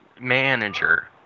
manager